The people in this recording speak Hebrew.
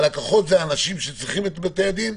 הלקוחות זה האנשים שצריכים את בתי-הדין.